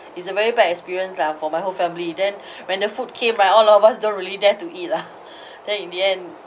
it's a very bad experience lah for my whole family then when the food came right all of us don't really dare to eat lah then in the end